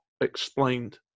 explained